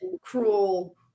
cruel